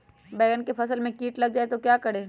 बैंगन की फसल में कीट लग जाए तो क्या करें?